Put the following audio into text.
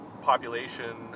population